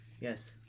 Yes